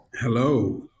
Hello